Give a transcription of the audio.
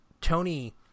Tony